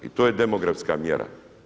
I to je demografska mjera.